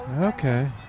Okay